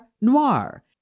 noir